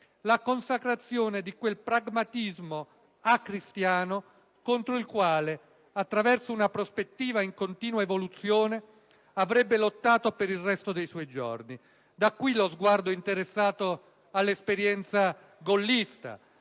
la consacrazione di quel "pragmatismo acristiano" contro il quale, attraverso una prospettiva in continua evoluzione, avrebbe lottato per il resto dei suoi giorni. Da qui lo guardo interessato all'esperienza gollista,